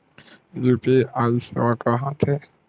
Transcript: UPI सेवा का होथे?